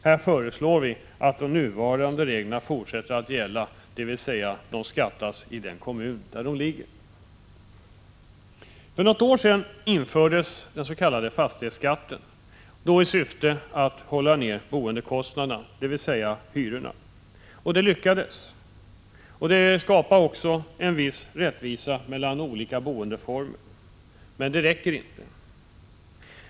Här föreslår vi att nuvarande regler får fortsätta att gälla, dvs. att dessa fastigheter beskattas i den kommun där de ligger. För något år sedan infördes den s.k. fastighetsskatten i syfte att hålla nere boendekostnaderna, dvs. hyrorna. Det lyckades. Det skapar en viss rättvisa mellan olika boendeformer, men det räcker inte.